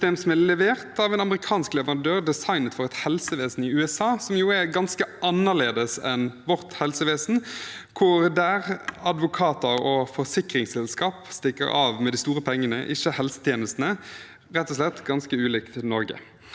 dette datasystemet. Systemet er levert av en amerikansk leverandør, designet for et helsevesen i USA, som jo er ganske annerledes enn vårt helsevesen, og der advokater og forsikringsselskap stikker av med de store pengene, ikke helsetjenestene – rett og slett ganske ulikt Norge.